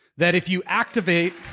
that if you activate.